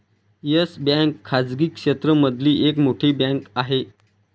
yes bank खाजगी क्षेत्र मधली एक मोठी बँक आहे